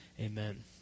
Amen